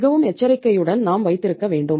மிகவும் எச்சரிக்கையுடன் நாம் வைத்திருக்க வேண்டும்